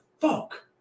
fuck